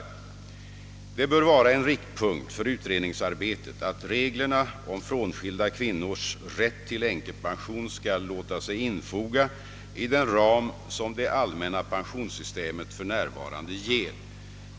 Det bör vara en riktpunkt för utredningsarbetet att reglerna om frånskilda kvinnors rätt till änkepension skall låta sig infoga i den ram som det allmänna pensionssystemet för närvarande ger.